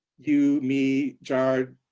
you, me, jard,